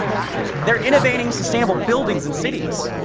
they're innovating sustainable buildings and cities.